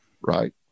right